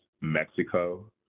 Mexico